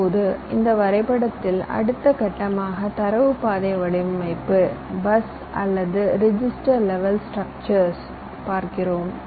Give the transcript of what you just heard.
இப்போது இந்த வரைபடத்தில் அடுத்த கட்டமாக தரவு பாதை வடிவமைப்பு பஸ் அல்லது ரிஜிஸ்டர் லெவல் ஸ்டிரக்சர்ஸ் பார்க்கிறோம்